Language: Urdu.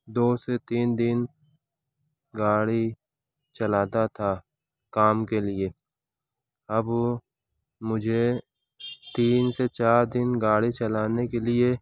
دو سے تین دن گاڑی چلاتا تھا کام کے لیے اب مجھے تین سے چار دن گاڑی چلانے کے لیے